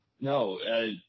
no